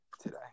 today